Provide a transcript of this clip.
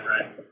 right